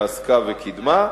ועסקה וקידמה,